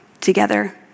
together